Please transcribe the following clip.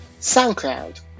SoundCloud